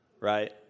right